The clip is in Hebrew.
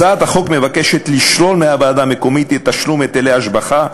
הצעת החוק מבקשת לשלול מהוועדה המקומית את תשלום היטלי ההשבחה,